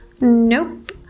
Nope